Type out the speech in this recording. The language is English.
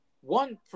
one –